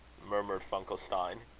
murmured funkelstein.